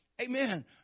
Amen